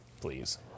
please